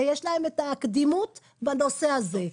יש להם את הקדימות בנושא הזה.